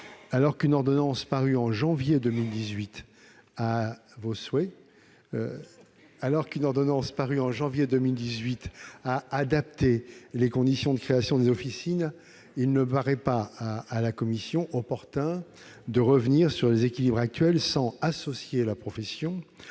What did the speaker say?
Alors qu'une ordonnance parue en janvier 2018 a adapté les conditions de création des officines, il ne paraît pas à la commission opportun de revenir sur les équilibres actuels sans associer la profession,